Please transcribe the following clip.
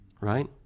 right